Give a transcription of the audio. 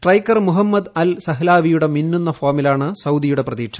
striker Mohammed Al സഹ്ലാവിയുടെ മിന്നുന്ന ഫോമിലാണ് സൌദിയുടെ പ്രതീക്ഷ